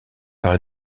par